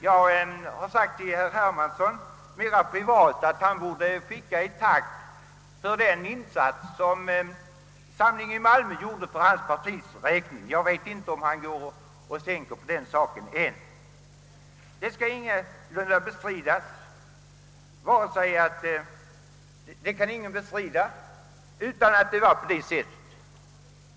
Jag har sagt till herr Hermansson mera privat att han borde sända ett tack för den insats som Samling i Malmö gjorde för hans partis räkning. Jag vet inte om han går och tänker på den saken. Det kan inte bestridas att det faktiskt var på detta sätt.